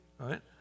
right